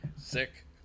sick